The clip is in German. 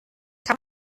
kann